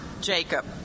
Jacob